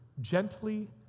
gently